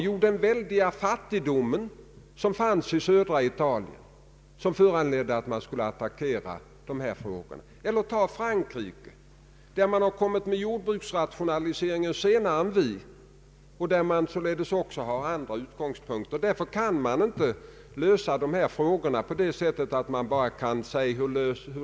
Jag vill gärna säga att det är glädjande att förslaget fått en så stor uppslutning som nu verkligen är fallet.